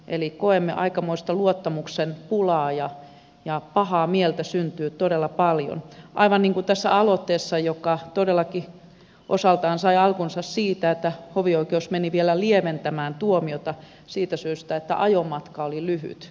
eli koemme aikamoista luottamuksen pulaa ja pahaa mieltä syntyy todella paljon aivan niin kuin tässä aloitteessa joka todellakin osaltaan sai alkunsa siitä että hovioikeus meni vielä lieventämään tuomiota siitä syystä että ajomatka oli lyhyt